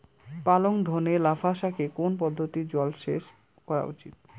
পালং ধনে পাতা লাফা শাকে কোন পদ্ধতিতে জল সেচ করা উচিৎ?